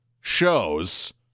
shows